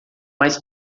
mais